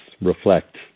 reflect